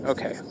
Okay